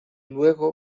luego